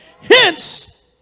Hence